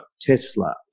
Tesla